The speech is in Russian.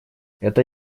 это